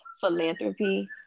philanthropy